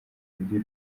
ibyo